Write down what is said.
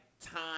time